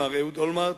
מר אהוד אולמרט,